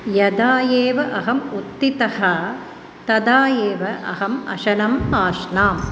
यदा एव अहम् उत्थितः तदा एव अहम् अशनम् आश्नाम्